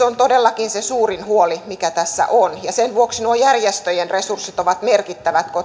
on todellakin se suurin huoli mikä tässä on ja sen vuoksi nuo järjestöjen resurssit ovat merkittävät